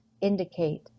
indicate